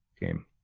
game